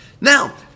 Now